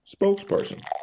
spokesperson